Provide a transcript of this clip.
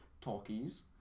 talkies